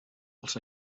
els